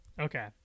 okay